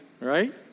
Right